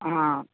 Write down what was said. ആ